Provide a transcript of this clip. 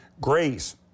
grace